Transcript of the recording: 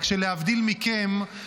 רק שלהבדיל מכם,